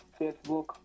Facebook